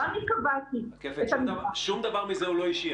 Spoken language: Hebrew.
לא אני קבעתי את -- שום דבר מזה הוא לא אישי,